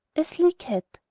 a sleek hat!